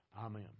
Amen